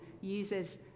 uses